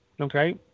Okay